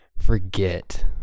forget